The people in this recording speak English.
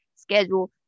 Schedule